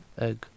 egg